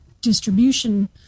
distribution